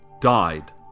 died